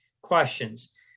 questions